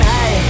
Hey